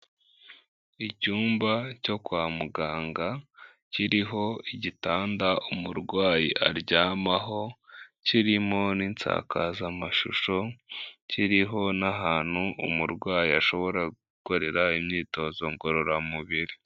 Icyumba cyo kwa muganga kiriho igitanda umurwayi aryamaho kirimo n'insakazamashusho kiriho n'ahantu umurwayi ashobora gukorera imyitozo ngororamubiri.